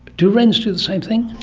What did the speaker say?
do wrens do the same thing?